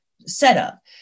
setup